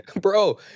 Bro